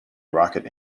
rocket